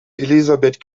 elisabeth